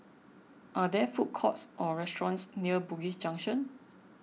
are there food courts or restaurants near Bugis Junction